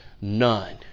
none